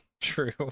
True